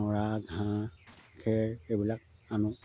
নৰা ঘাঁহ খেৰ এইবিলাক আনোঁ